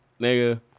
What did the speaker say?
nigga